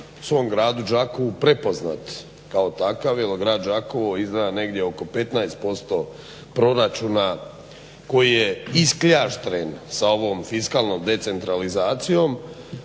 u svom gradu Đakovu prepoznat kao takav jel grad Đakovo izdvaja negdje oko 15% proračuna koji je iskljaštren sa ovom fiskalnom decentralizacijom,